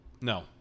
no